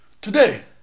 Today